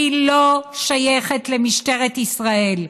היא לא שייכת למשטרת ישראל.